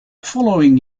following